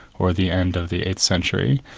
or the end of the eighth century,